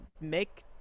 make